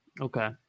Okay